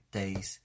days